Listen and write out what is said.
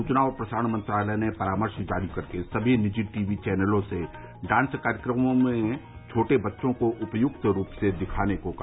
सूचना और प्रसारण मंत्रालय ने परामर्श जारी करके सभी निजी टीवी चैनलों से डांस कार्यक्रमों में छोटे बच्चों को उपयुक्त रूप से दिखाने को कहा